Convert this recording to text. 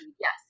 Yes